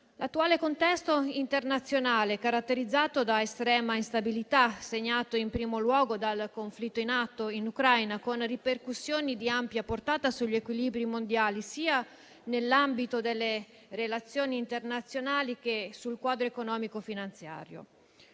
L'attuale contesto internazionale è caratterizzato da estrema instabilità, segnato in primo luogo dal conflitto in atto in Ucraina, con ripercussioni di ampia portata sugli equilibri mondiali, sia nell'ambito delle relazioni internazionali che sul quadro economico-finanziario.